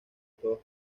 todos